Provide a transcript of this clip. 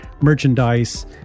merchandise